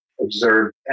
observed